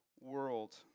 world